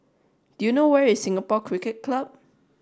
do you know where is Singapore Cricket Club